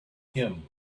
him